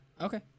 Okay